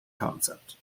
concept